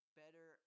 better